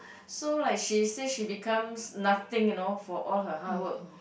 so like she say she becomes nothing you know for all her hard work